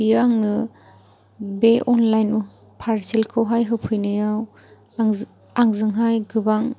बियो आंनो बे अनलाइन पारसेलखौहाय होफैनायाव आंजों आंजोंहाय गोबां